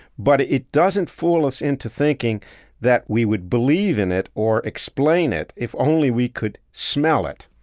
but it it doesn't fool us into thinking that we would believe in it or explain it if only we could smell it.